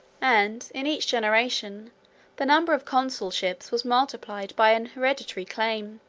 and in each generation the number of consulships was multiplied by an hereditary claim.